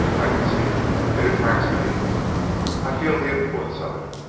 i concede it it attracts me i feel the influence of it